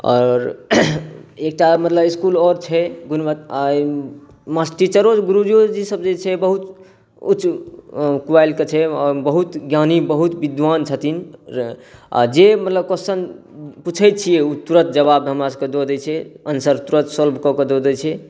आओर एकटा मतलब इसकुल आओर छै गुण मस्त टीचरो गुरुजीसभ जे छै बहुत उच्च क्वालिटी के छै बहुत ज्ञानी बहुत विद्वान छथिन आ जे मतलब क्वेश्चन पूछे छियै ओ तुरत जवाब हमरासभके दऽ दै छै आंसर तुरत सॉल्व कऽ कऽ दऽ दै छै